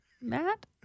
Matt